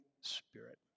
Spirit